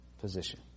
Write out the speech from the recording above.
position